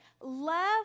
love